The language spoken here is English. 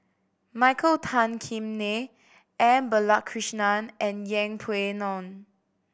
Michael Tan Kim Nei M Balakrishnan and Yeng Pway Ngon